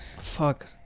Fuck